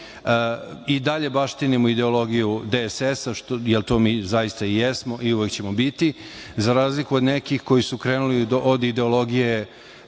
dalje baštinimo ideologiju DSS-a, jer to mi zaista i jesmo i uvek ćemo biti, za razliku od nekih koji su krenuli od ideologije